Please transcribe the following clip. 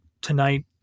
tonight